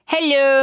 Hello